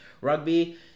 rugby